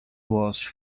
was